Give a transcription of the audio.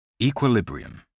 Equilibrium